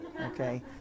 Okay